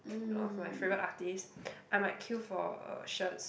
of my favourite artiste I might queue for uh shirts